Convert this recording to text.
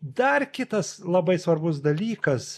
dar kitas labai svarbus dalykas